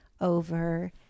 over